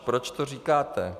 Proč to říkáte?